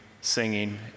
singing